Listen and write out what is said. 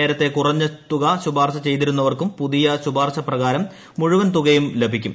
നേരത്തെ കുറഞ്ഞ തുക ശുപാർശ ചെയ്തിരുന്നവർക്കും പുതിയ ശുപാർശ പ്രകാരം മുഴുവൻ തുകയും ലഭിക്കും